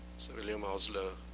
sir william oslo,